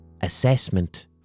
assessment